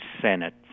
Senate